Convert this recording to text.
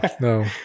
No